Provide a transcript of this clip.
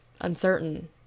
uncertain